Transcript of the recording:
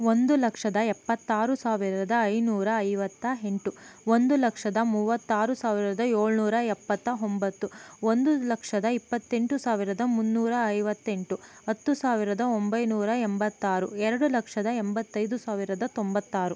ಒಂದು ಲಕ್ಷದ ಎಪ್ಪತ್ತಾರು ಸಾವಿರದ ಐನೂರ ಐವತ್ತ ಎಂಟು ಒಂದು ಲಕ್ಷದ ಮೂವತ್ತಾರು ಸಾವಿರದ ಏಳ್ನೂರ ಎಪ್ಪತ್ತ ಒಂಬತ್ತು ಒಂದು ಲಕ್ಷದ ಇಪ್ಪತ್ತೆಂಟು ಸಾವಿರದ ಮುನ್ನೂರ ಐವತ್ತೆಂಟು ಹತ್ತು ಸಾವಿರದ ಒಂಬೈನೂರ ಎಂಬತ್ತಾರು ಎರಡು ಲಕ್ಷದ ಎಂಬತ್ತೈದು ಸಾವಿರದ ತೊಂಬತ್ತಾರು